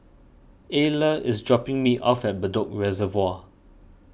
Ala is dropping me off at Bedok Reservoir